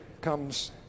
comes